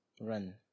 run